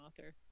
author